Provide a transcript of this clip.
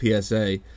PSA